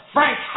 Frank